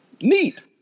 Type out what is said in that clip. Neat